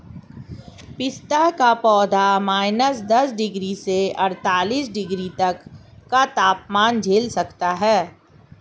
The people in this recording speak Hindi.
पिस्ता का पौधा माइनस दस डिग्री से अड़तालीस डिग्री तक का तापमान झेल सकता है